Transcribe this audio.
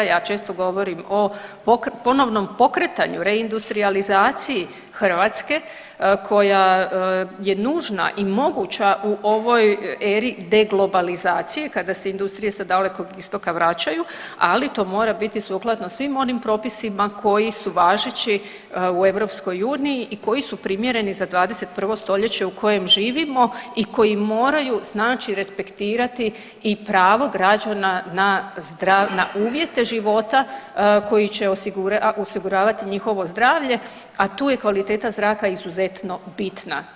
Ja često govorim o ponovnom pokretanju, reindustrijalizaciji Hrvatske koja je nužna i moguća u ovoj eri deglobalizacije kada se industrije sa Dalekog Istoka vraćaju, ali to mora biti sukladno svim onim propisima koji su važeći u EU i koji su primjereni za 21. stoljeće u kojem živimo i koji moraju znači respektirati i pravo građana na uvjete života koji će osiguravati njihovo zdravlje, a tu je kvaliteta zraka izuzetno bitna.